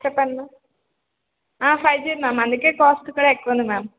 చెప్పండి ma'am five G ma'am అందుకే cost కూడా ఎక్కువ ఉంది మ్యామ్